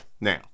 now